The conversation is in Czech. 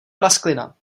prasklina